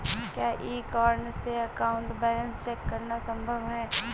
क्या e corner से account balance check करना संभव है?